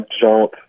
jump